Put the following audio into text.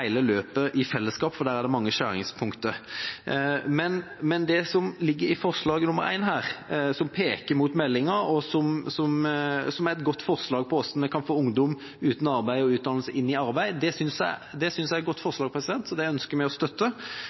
hele løpet i sammenheng for der er det mange skjæringspunkter. Det som ligger i forslag nr. 1 her, som peker mot meldinga, og som er et godt forslag til hvordan en skal få ungdom uten arbeid og uten utdanning, inn i arbeid, synes jeg er et godt forslag, så det ønsker vi å støtte.